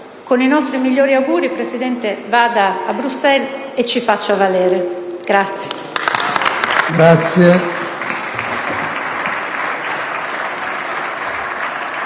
Con i nostri migliori auguri, Presidente, vada a Bruxelles, e ci faccia valere!